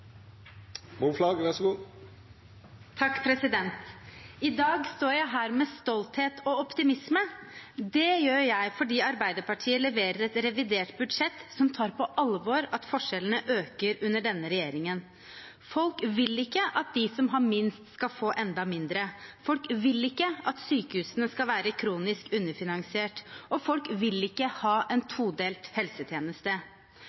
I dag står jeg her med stolthet og optimisme. Det gjør jeg fordi Arbeiderpartiet leverer et revidert budsjett som tar på alvor at forskjellene øker under denne regjeringen. Folk vil ikke at de som har minst, skal få enda mindre, folk vil ikke at sykehusene skal være kronisk underfinansierte, og folk vil ikke ha en